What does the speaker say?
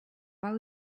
pas